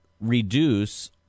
reduce